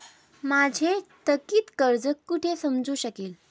माझे थकीत कर्ज कुठे समजू शकेल?